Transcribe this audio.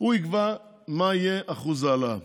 הוא יקבע מה יהיה אחוז ההעלאה.